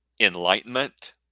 enlightenment